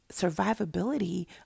survivability